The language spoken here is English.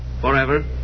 Forever